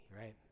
right